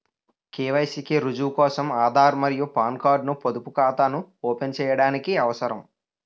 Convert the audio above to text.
KYC కి రుజువు కోసం ఆధార్ మరియు పాన్ కార్డ్ ను పొదుపు ఖాతాను ఓపెన్ చేయడానికి అవసరం